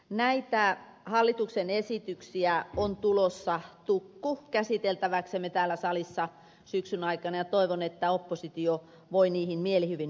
näitä hallituksen esityksiä on tulossa tukku käsiteltäväksemme täällä salissa syksyn aikana ja toivon että oppositio voi niihin mielihyvin yhtyä